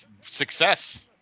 success